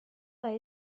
pas